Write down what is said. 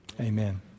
amen